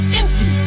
empty